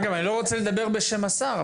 אגב אני לא רוצה לדבר בשם השר,